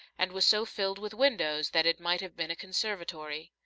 and was so filled with windows that it might have been a conservatory.